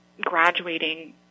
graduating